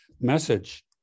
message